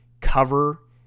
cover